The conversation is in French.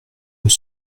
eux